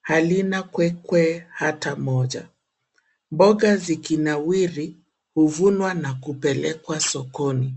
halina kwekwe hata moja. Mboga zikinawiri huvunwa na kupelekwa sokoni.